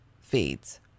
feeds